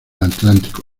atlántico